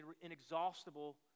inexhaustible